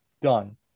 done